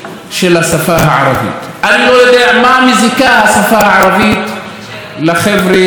אני לא יודע מה מזיקה השפה הערבית לחבר'ה שנמצאים בקואליציה.